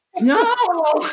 No